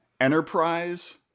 enterprise